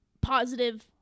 positive